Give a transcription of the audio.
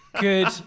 Good